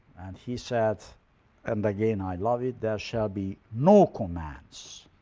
he said and again i love it there shall be no commands.